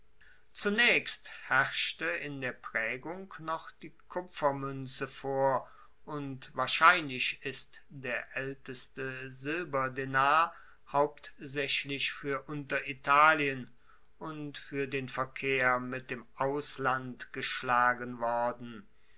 zunaechst herrschte in der praegung noch die kupfermuenze vor und wahrscheinlich ist der aelteste silberdenar hauptsaechlich fuer unteritalien und fuer den verkehr mit dem ausland geschlagen worden